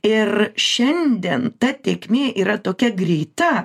ir šiandien ta tėkmė yra tokia greita